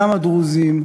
גם הדרוזים,